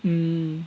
mm